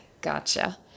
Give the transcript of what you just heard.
Gotcha